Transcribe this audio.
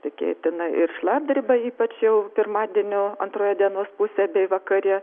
tikėtina ir šlapdriba ypač jau pirmadienio antroje dienos pusėj bei vakare